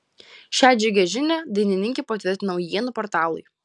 šią džiugią žinią dainininkė patvirtino naujienų portalui